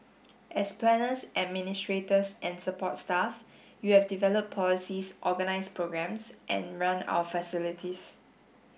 as planners administrators and support staff you have developed policies organised programmes and run our facilities